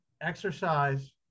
exercise